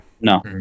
No